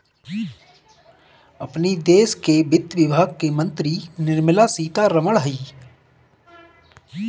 अपनी देस के वित्त विभाग के मंत्री निर्मला सीता रमण हई